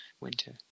winter